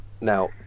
Now